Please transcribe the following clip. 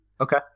okay